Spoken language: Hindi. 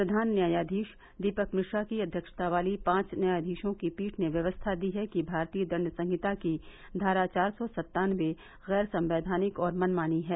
प्रधान न्यायाधीश दीपक मिश्रा की अव्यक्षता वाली पांच न्यायाधीशों की पीठ ने व्यवस्था दी है कि भारतीय दंड संहिता की धारा चार सौ सत्तानबे गैर संकैधानिक और मनमानी है